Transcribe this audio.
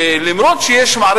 שלמרות שיש,